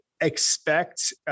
expect